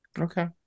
Okay